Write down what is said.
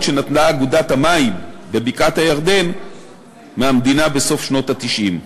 שנטלה אגודת המים בבקעת-הירדן מהמדינה בסוף שנות ה-90.